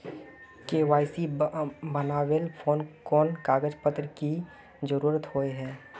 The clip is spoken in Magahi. के.वाई.सी बनावेल कोन कोन कागज पत्र की जरूरत होय है?